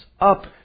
Up